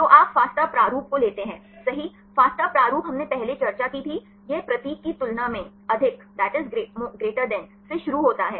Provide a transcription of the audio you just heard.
तो आप फास्टा प्रारूप को लेते हैं सही फास्टा प्रारूप हमने पहले चर्चा की थी यह प्रतीक की तुलना में अधिक greater than symbol से शुरू होता है